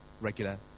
regular